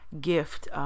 gift